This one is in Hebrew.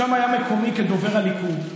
שם היה מקומי כדובר הליכוד.